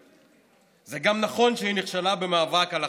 זה גם נכון שהיא נכשלה במאבק במשבר הכלכלי,